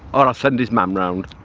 or i send his mam round.